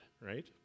right